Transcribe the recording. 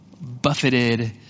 buffeted